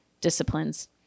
disciplines